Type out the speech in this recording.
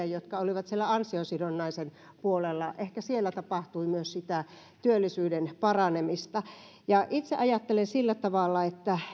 jotka olivat siellä ansiosidonnaisen puolella ehkä siellä tapahtui myös sitä työllisyyden paranemista itse ajattelen sillä tavalla että